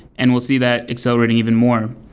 and we'll see that accelerating even more.